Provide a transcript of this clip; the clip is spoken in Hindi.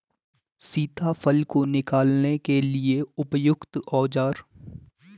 सीताफल को निकालने के लिए उपयुक्त औज़ार?